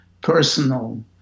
personal